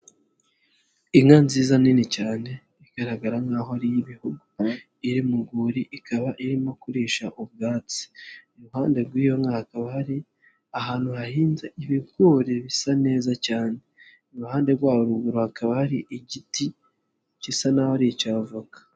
Inka nziza nini cyane igaragara nk'aho iri mu rwuri, ikaba irimo kurisha ubwatsi, iruhande rw'iyo nka hakaba hari ahantu hahinze ibigori bisa neza cyane, iruhande rwo ruguru hakaba hari igiti gisa n'aho ari icya voka.